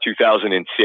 2006